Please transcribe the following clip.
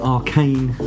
Arcane